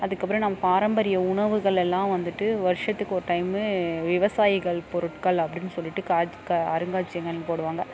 அதுக்கப்புறம் நம்ம பாரம்பரிய உணவுகள் எல்லாம் வந்துட்டு வருஷத்துக்கு ஒரு டைமு விவசாயிகள் பொருட்கள் அப்படின்னு சொல்லிகிட்டு காட் கா அருங்காட்சியகங்கள்னு போடுவாங்க